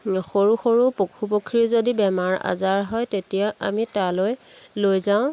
সৰু সৰু পশু পক্ষীৰ যদি বেমাৰ আজাৰ হয় তেতিয়া আমি তালৈ লৈ যাওঁ